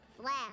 Flash